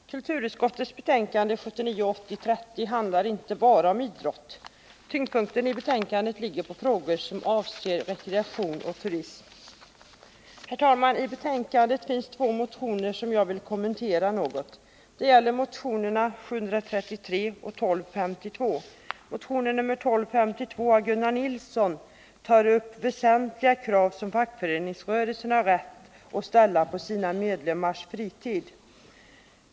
Herr talman! Kulturutskottets betänkande 1979/80:30 handlar inte bara omidrott. Tyngdpunkten i betänkandet ligger på frågor som avser rekreation och turism. Herr talman! I betänkandet finns två motioner som jag vill kommentera något. Det gäller motionerna 733 och 1252. Motionen 1252 av Gunnar Nilsson tar upp väsentliga krav som fackföreningsrörelsen har rätt att ställa på sina medlemmars fritid.